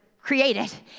created